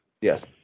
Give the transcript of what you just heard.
Yes